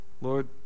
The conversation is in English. Lord